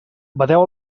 bateu